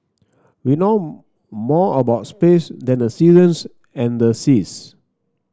we know more about space than the seasons and the seas